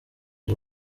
iri